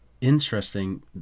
interesting